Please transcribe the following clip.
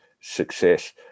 success